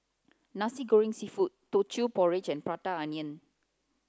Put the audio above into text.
Nasi Goreng seafood Teochew porridge and Prata onion